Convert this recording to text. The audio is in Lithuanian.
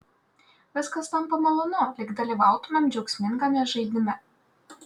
viskas tampa malonu lyg dalyvautumėm džiaugsmingame žaidime